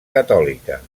catòlica